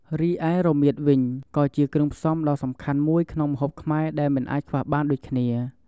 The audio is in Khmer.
រីឯរមៀតវិញ ក៏ជាគ្រឿងផ្សំដ៏សំខាន់មួយក្នុងម្ហូបខ្មែរដែលមិនអាចខ្វះបានដូចគ្នា។